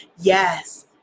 Yes